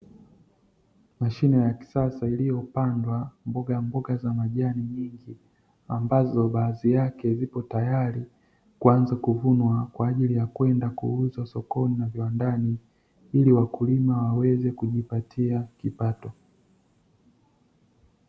Mashine ya kisasa iliyopandwa mbogamboga za majani nyingi, ambazo baadhi yake zipo tayari kuanza kuvunwa kwa ajili ya kwenda kuuzwa sokoni na viwandani, ili wakulima waweze kujipatia kipato.